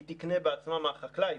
היא תקנה בעצמה מהחקלאי.